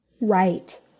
Right